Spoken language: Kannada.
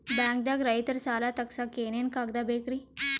ಬ್ಯಾಂಕ್ದಾಗ ರೈತರ ಸಾಲ ತಗ್ಸಕ್ಕೆ ಏನೇನ್ ಕಾಗ್ದ ಬೇಕ್ರಿ?